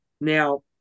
Now